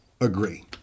agree